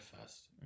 first